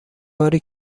باری